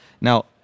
now